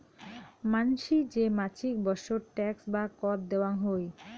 মানসি যে মাছিক বৎসর ট্যাক্স বা কর দেয়াং হই